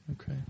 Okay